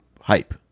hype